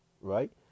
right